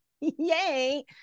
yay